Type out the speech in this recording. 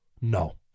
No